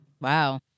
Wow